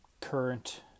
current